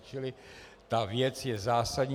Čili ta věc je zásadní.